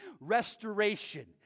restoration